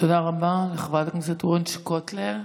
תודה רבה לחברת הכנסת וונש קוטלר.